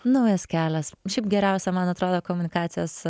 naujas kelias šiaip geriausia man atrodo komunikacijos